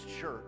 church